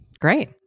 Great